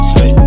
Hey